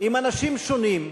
עם אנשים שונים,